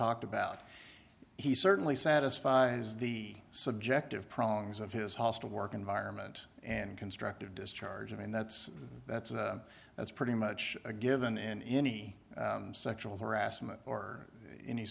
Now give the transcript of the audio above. talked about he certainly satisfied is the subjective prongs of his hostile work environment and constructive discharge i mean that's that's that's pretty much a given in any sexual harassment or any